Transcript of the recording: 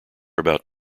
about